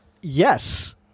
Yes